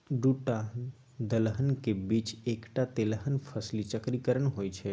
दूटा दलहनक बीच एकटा तेलहन फसली चक्रीकरण होए छै